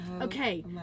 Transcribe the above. okay